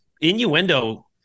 Innuendo